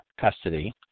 custody